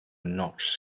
notch